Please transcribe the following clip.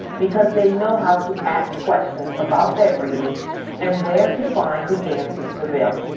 because they know how to ask questions about their reading and where to find the answers to them.